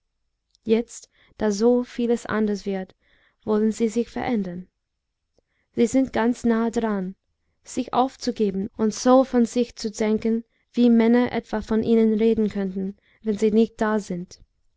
jetzt da so vieles anders wird wollen sie sich verändern sie sind ganz nahe daran sich aufzugeben und so von sich zu denken wie männer etwa von ihnen reden könnten wenn sie nicht da sind